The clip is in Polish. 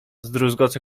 zdruzgoce